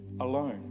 alone